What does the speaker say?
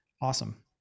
awesome